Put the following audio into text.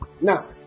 Now